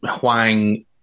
Huang